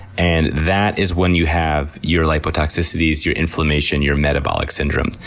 and that is when you have your lipotoxicities, your inflammation, your metabolic syndrome.